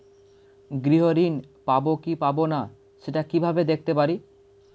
গৃহ ঋণ পাবো কি পাবো না সেটা কিভাবে দেখতে পারি?